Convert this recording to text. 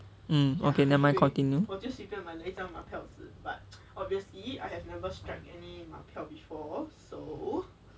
um okay nevermind continue